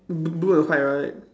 b~ blue and white right